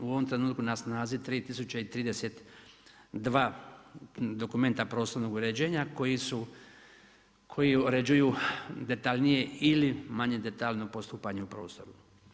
U ovom trenutku na snazi 3032 dokumenta prostornog uređenja koji uređuju detaljnije ili manje detaljno postupanje u prostoru.